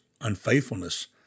unfaithfulness